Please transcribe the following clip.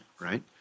right